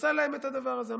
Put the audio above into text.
פסל להם את הדבר הזה.